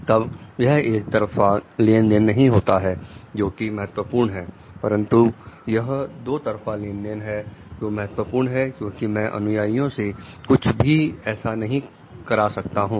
तब यह एक तरफा लेन देन नहीं होता है जो कि महत्वपूर्ण है परंतु यह दो तरफा लेन देन है जो महत्वपूर्ण है क्योंकि मैं अनुयायियों से कुछ भी ऐसा नहीं कर सकता हूं